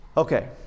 Okay